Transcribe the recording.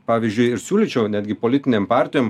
pavyzdžiui ir siūlyčiau netgi politinėm partijom